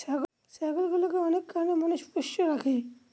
ছাগলগুলোকে অনেক কারনে মানুষ পোষ্য রাখে